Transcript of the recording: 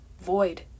void